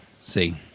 See